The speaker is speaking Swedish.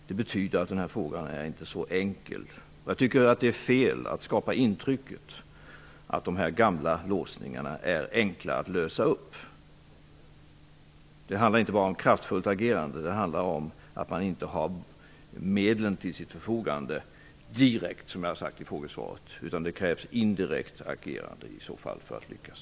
Det betyder att denna fråga inte är så enkel. Det är också fel att skapa intrycket att de gamla låsningarna är enkla att lösa upp. Det handlar inte enbart om ett kraftfullt agerande; det handlar om att inte direkt ha medlen till sitt förfogande, som jag sagt i mitt skrivna svar. Det krävs ett indirekt agerande för att kunna lyckas.